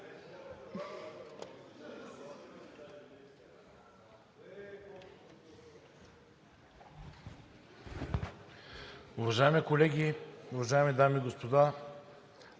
Уважаеми колеги, уважаеми дами и господа!